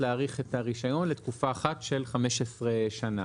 להאריך את הרישיון לתקופה אחת של 15 שנים.